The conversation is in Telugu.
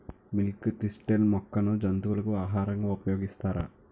మిల్క్ తిస్టిల్ మొక్కను జంతువులకు ఆహారంగా ఉపయోగిస్తారా?